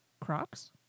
Crocs